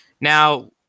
Now